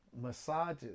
massages